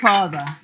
Father